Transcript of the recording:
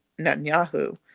Netanyahu